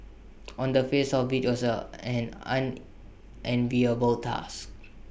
on the face of IT it was an unenviable task